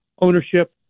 Ownership